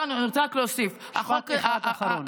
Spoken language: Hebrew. אני רוצה רק להוסיף, משפט אחד אחרון.